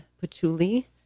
patchouli